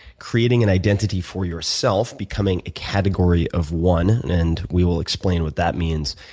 creating an identity for yourself, becoming a category of one. and we will explain what that means,